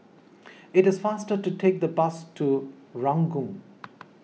it is faster to take the bus to Ranggung